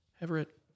Everett